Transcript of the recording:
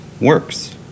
works